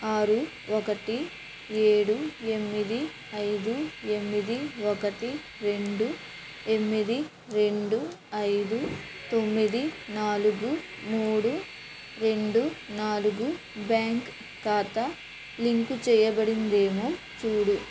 ఆరు ఒకటి ఏడు ఎనిమిది ఐదు ఎనిమిది ఒకటి రెండు ఎనిమిది రెండు ఐదు తొమ్మిది నాలుగు మూడు రెండు నాలుగు బ్యాంక్ ఖాతా లింకు చేయబడిందేమో చూడు